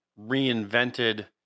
reinvented